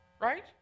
Right